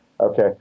Okay